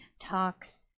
talks